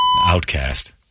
outcast